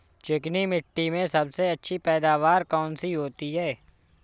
चिकनी मिट्टी में सबसे अच्छी पैदावार कौन सी होती हैं?